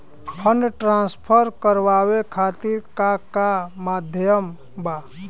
Fund transfer करवाये खातीर का का माध्यम बा?